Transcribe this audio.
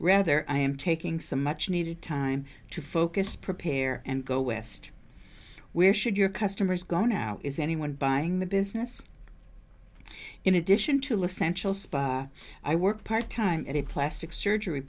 rather i am taking some much needed time to focus prepare and go west where should your customers go now is anyone buying the business in addition to listen i work part time in a plastic surgery